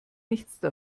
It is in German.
nichts